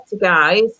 guys